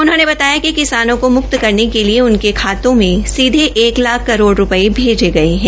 उन्होंने बताया कि किसानों को मुक्त करने के लिए उनके खाते में सीधे एक लाख करोड़ रूपये भैजे गये है